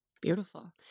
Beautiful